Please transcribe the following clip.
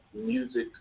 Music